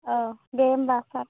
औ दे होनबा सार